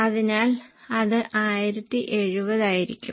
അതിനാൽ അത് 1070 ആയിരിക്കും